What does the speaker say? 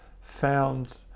found